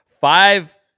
Five